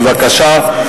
בבקשה.